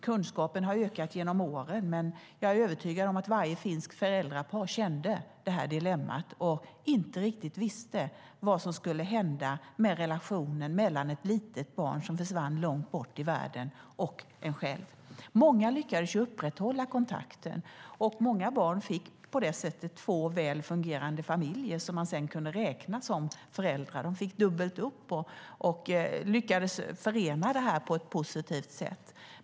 Kunskapen har ökat genom åren, men jag är övertygad om att varje finskt föräldrapar kände detta dilemma och inte riktigt visste vad som skulle hända med relationen mellan ett litet barn som försvann långt bort i världen och en själv. Många lyckades upprätthålla kontakten, och många barn fick på det sättet två väl fungerande familjer som de sedan kunde räkna som föräldrar. De fick dubbelt upp och lyckades förena detta på ett positivt sätt.